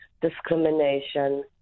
discrimination